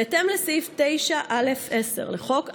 בהתאם לסעיף 9(א)(10) לחוק הממשלה,